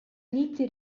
uniti